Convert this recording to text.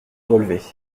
relever